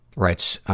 writes, ah,